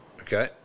Okay